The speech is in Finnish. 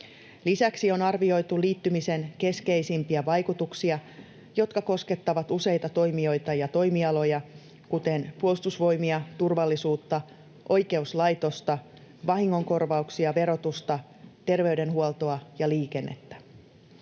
Lisäksi on arvioitu liittymisen keskeisimpiä vaikutuksia, jotka koskettavat useita toimijoita ja toimialoja, kuten Puolustusvoimia, turvallisuutta, oikeuslaitosta, vahingonkorvauksia, verotusta, terveydenhuoltoa ja liikennettä.